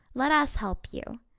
let us help you.